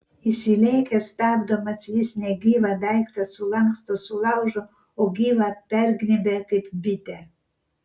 įsilėkęs stabdomas jis negyvą daiktą sulanksto sulaužo o gyvą pergnybia kaip bitę